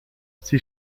sie